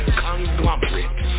conglomerate